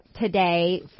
today